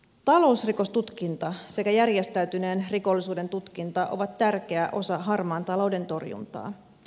talousrikostutkinta sekä järjestäytyneen rikollisuuden tutkinta ovat tärkeä osa harmaan talouden torjuntaa